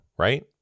right